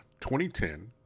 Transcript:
2010